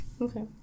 Okay